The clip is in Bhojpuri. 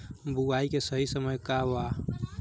बुआई के सही समय का वा?